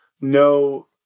no